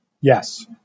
Yes